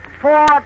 Four